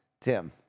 Tim